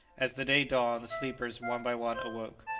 as the day dawned the sleepers, one by one, awoke.